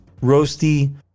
roasty